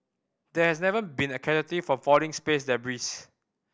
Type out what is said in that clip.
there has never been a casualty from falling space debris